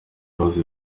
bibazo